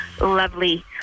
Lovely